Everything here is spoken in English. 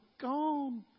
gone